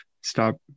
Stop